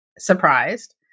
surprised